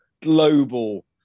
global